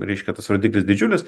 reiškia tas rodiklis didžiulis